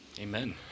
Amen